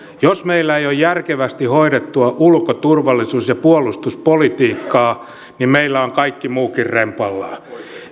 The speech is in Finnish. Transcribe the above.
jos meillä ei ole järkevästi hoidettua ulko turvallisuus ja puolustuspolitiikkaa niin meillä on kaikki muukin rempallaan